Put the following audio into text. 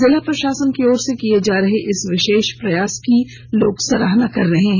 जिला प्रशासन की ओर से किये जा रहे इस विशेष प्रयास का लोग सराहना कर रहे हैं